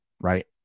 right